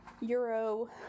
Euro